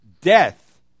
death